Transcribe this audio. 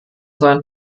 sein